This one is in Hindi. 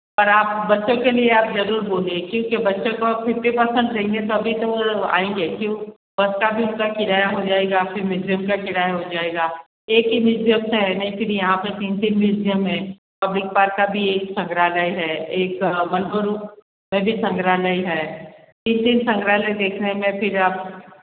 पर आप बच्चों के लिए आप जरूर बोलिए क्योंकि बच्चों को फिफ्टी पर्सेन्ट देंगे तभी तो वो आएँगे क्यों बस का भी उसका किराया हो जाएगा फ़िर म्यूज़ियम का किराया हो जाएगा एक ही म्यूज़ियम है नहीं फ़िर यहाँ पे तीन तीन म्यूज़ियम हैं पब्लिक पार्क का भी एक संग्रहालय है एक संग्रहालय है तीन तीन संग्रहालय देखने में फ़िर आप